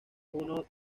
uno